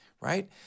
right